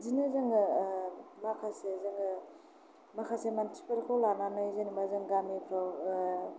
बिदिनो जोङो माखासे जोङो माखासे मानसिफोरखौ लानानै जेनेबा जों गामिफोराव